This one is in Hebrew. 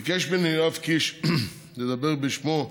ביקש ממני יואב קיש לדבר בשמו,